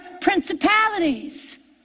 principalities